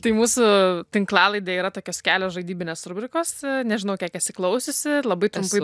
tai mūsų tinklalaidėj yra tokios kelios žaidybinės rubrikos nežinau kiek esi klausiusi labai trumpai